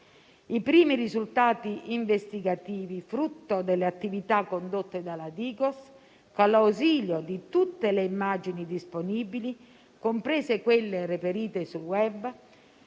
I primi risultati investigativi, frutto delle attività condotte dalla DIGOS con l'ausilio di tutte le immagini disponibili, comprese quelle reperite sul *web*,